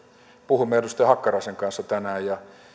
puhuimme edustaja hakkaraisen kanssa tänään ja